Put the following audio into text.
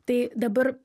tai dabar